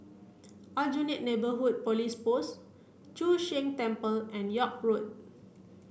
Aljunied Neighbourhood Police Post Chu Sheng Temple and York Road